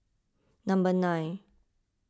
number nine